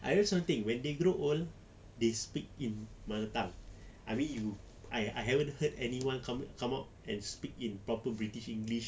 I realised one thing when they grow old they speak in mother tongue I mean you I I haven't heard anyone come come out and speak in proper british english